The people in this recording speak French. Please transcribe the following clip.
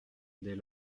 dès